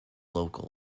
local